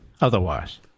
otherwise